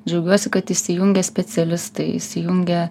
džiaugiuosi kad įsijungė specialistai įsijungė